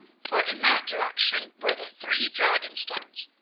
for in that direction were the three dragon-stones,